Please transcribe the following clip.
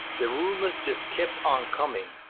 the rumors just kept on coming,